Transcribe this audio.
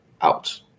out